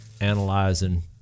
analyzing